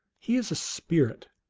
he is a spirit,